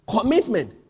Commitment